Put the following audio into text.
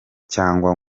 cyangwa